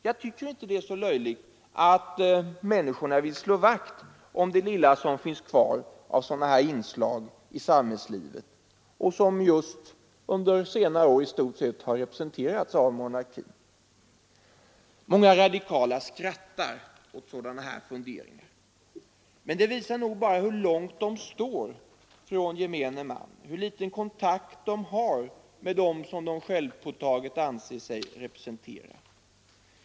Jag tycker inte det är löjligt att människorna vill slå vakt om det lilla som finns kvar av sådana här inslag i samhällslivet och som just under senare år har representerats av monarkin. Många radikaler skrattar åt sådana här funderingar. Men det visar nog bara hur långt de står från gemene man, hur liten kontakt de har med dem som de självpåtaget anser sig representera.